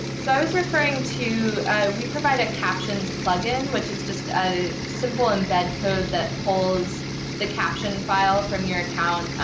so i was referring to we provide a captions plug-in, which is just a simple embed code that holds the caption file from your account,